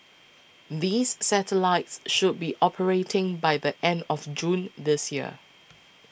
these satellites should be operating by the end of June this year